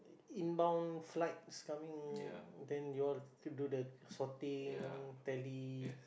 in bound flights coming then you all to do all to do the sorting tally